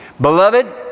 Beloved